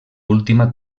última